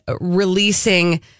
releasing